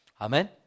Amen